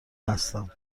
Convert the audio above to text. هستم